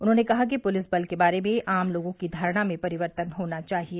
उन्होंने कहा कि पुलिस बल के बारे में आम लोगों की धारणा में परिवर्तन होना चाहिए